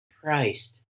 Christ